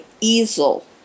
easel